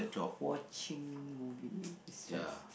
watching movies destress